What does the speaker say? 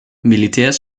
militärs